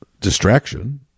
distraction